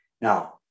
Now